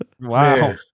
Wow